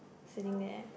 sitting there